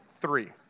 three